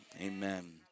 amen